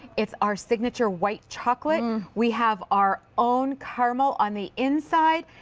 it's our signature white chocolate. we have our own caramel on the inside.